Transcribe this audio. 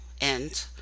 end